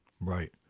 Right